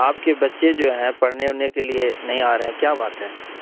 آپ کے بچے جو ہیں پڑھنے اڑھنے کے لیے نہیں آ رہے ہیں کیا بات ہیں